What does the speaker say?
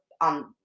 on